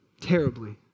Terribly